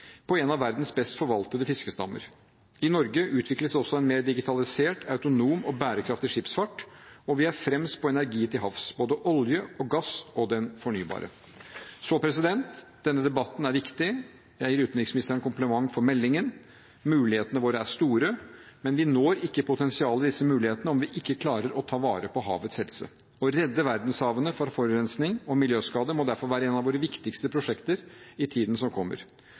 på en av verdens best forvaltede fiskestammer. I Norge utvikles også en mer digitalisert, autonom og bærekraftig skipsfart, og vi er fremst på energi til havs, både olje og gass og den fornybare. Så denne debatten er viktig. Jeg gir utenriksministeren kompliment for meldingen. Mulighetene våre er store. Men vi når ikke potensialet i disse mulighetene om vi ikke klarer å ta vare på havets helse. Å redde verdenshavene for forurensning og miljøskade må derfor være et av våre viktigste prosjekter i tiden som kommer.